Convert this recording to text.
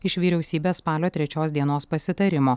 iš vyriausybės spalio trečios dienos pasitarimo